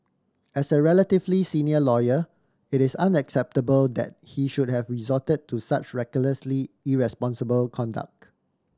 as a relatively senior lawyer it is unacceptable that he should have resorted to such recklessly irresponsible conduct